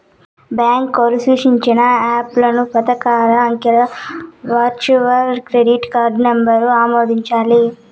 బాంకోల్లు సూచించిన యాపుల్ల పదారు అంకెల వర్చువల్ క్రెడిట్ కార్డు నంబరు ఆమోదించాలి